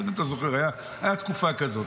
לא יודע אם אתה זוכר, הייתה תקופה כזאת.